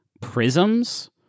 prisms